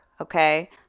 Okay